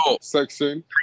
section